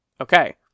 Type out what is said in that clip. Okay